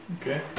Okay